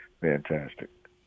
Fantastic